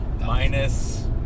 Minus